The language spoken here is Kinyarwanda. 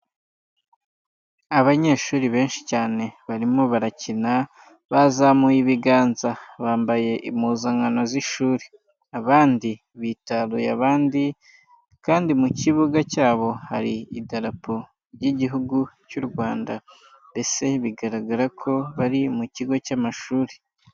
Abanyeshuri benshi cyane, barimo barakina bazamuye ibiganza bambaye impuzankano z'ishuri. Abandi bitaruye abandi kandi mu kibuga cyabo hari idarapo ry'igihugu cy'u Rwanda. Mbese bigaragara ko bari mu kigo cy'amashuri.